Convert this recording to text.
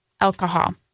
alcohol